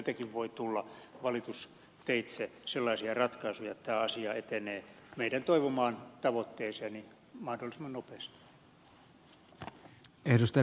sieltäkin voi tulla valitusteitse sellaisia ratkaisuja että tämä asia etenee meidän toivomaamme tavoitteeseen mahdollisimman nopeasti